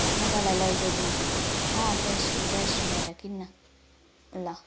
म तँलाई लिएर जाइदिन्छु जयश्री जयश्रीबाट किन्न ल